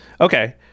Okay